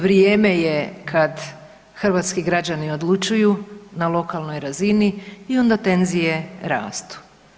Vrijeme je kad hrvatski građani odlučuju na lokalnoj razini i onda tenzije rastu.